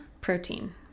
protein